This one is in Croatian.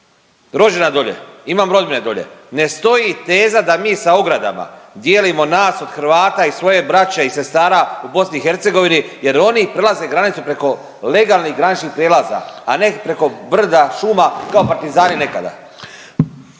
rođena dolje, imam rodbine dolje, ne stoji teza da mi sa ogradama dijelimo nas od Hrvata i svoje braće i sestara u BiH jer oni prelaze granicu preko legalnih graničnih prijelaza, a ne preko brda, šuma, kao partizani nekada.